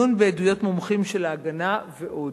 עיון בעדויות מומחים של ההגנה ועוד.